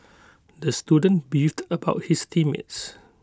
the student beefed about his team mates